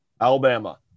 Alabama